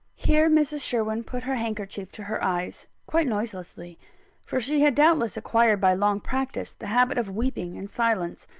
here mrs. sherwin put her handkerchief to her eyes quite noiselessly for she had doubtless acquired by long practice the habit of weeping in silence.